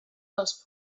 dels